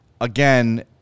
again